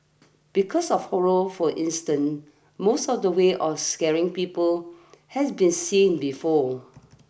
because of horror for instance most of the ways of scaring people has been seen before